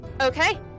okay